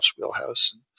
wheelhouse